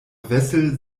wessel